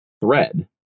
thread